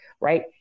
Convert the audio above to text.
right